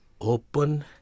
open